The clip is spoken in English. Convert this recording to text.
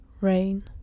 rain